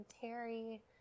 Terry